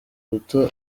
ruto